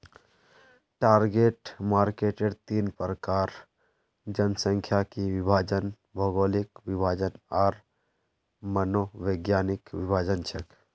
target marketer तीन प्रकार जनसांख्यिकीय विभाजन, भौगोलिक विभाजन आर मनोवैज्ञानिक विभाजन छेक